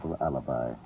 alibi